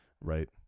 right